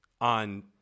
on